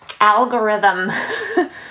algorithm